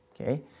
okay